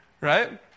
Right